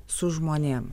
su žmonėm